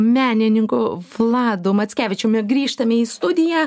menininku vladu mackevičiumi grįžtame į studiją